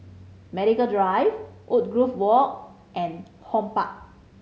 Medical Drive Woodgrove Walk and HortPark